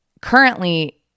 Currently